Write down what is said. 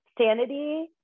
sanity